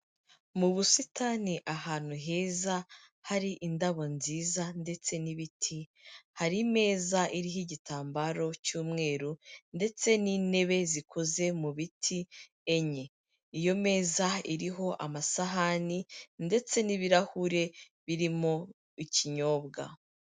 Mu busitani ahantu heza, hari indabo nziza ndetse n'ibiti, hari imeza iriho igitambaro cy'umweru ndetse n'intebe zikoze mu biti enye. Iyo meza iriho amasahani ndetse n'ibirahure birimo ikinyobwa.